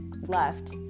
left